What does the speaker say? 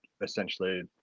essentially